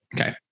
Okay